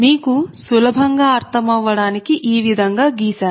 మీకు సులభంగా అర్థం అవ్వడానికి ఈ విధంగా గీశాను